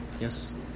Yes